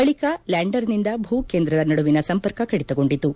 ಬಳಿಕ ಲ್ಯಾಂಡರ್ ನಿಂದ ಭೂ ಕೇಂದ್ರದ ನಡುವಿನ ಸಂಪರ್ಕ ಕಡಿತಗೊಂಡಿತು